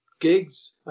gigs